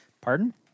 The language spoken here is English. Pardon